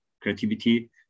creativity